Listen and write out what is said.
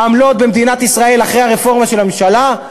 העמלות במדינת ישראל אחרי הרפורמה של הממשלה,